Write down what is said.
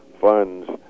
funds